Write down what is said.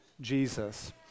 Jesus